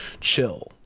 chill